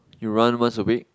you run once a week